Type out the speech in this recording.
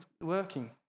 working